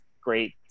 great